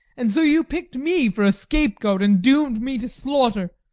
and so you picked me for a scapegoat and doomed me to slaughter.